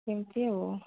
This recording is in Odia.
ସେମିତି ଆଉ